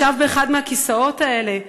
ישב באחד מהכיסאות האלה,